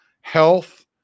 health